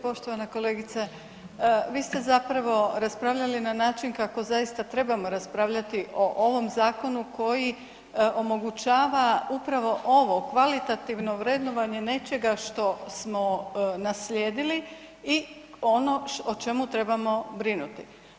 Poštovana kolegice, vi ste zapravo raspravljali na način kako zaista trebamo raspravljati o ovom zakonu koji omogućava upravo ovo kvalitativno vrednovanje nečega što smo naslijedili i ono o čemu trebamo brinuti.